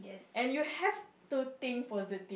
and you have to think positive